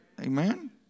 Amen